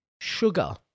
Sugar